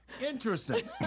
interesting